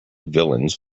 villains